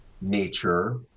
nature